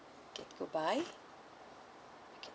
okay goodbye